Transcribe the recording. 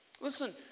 Listen